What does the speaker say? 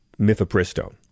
mifepristone